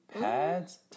Pads